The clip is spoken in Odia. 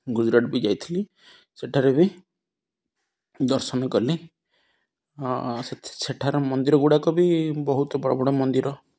ଗୁଜୁରାଟ ବି ଯାଇଥିଲି ସେଠାରେ ବି ଦର୍ଶନ କଲି ସେଠାର ମନ୍ଦିର ଗୁଡ଼ାକ ବି ବହୁତ ବଡ଼ ବଡ଼ ମନ୍ଦିର